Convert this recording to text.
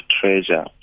treasure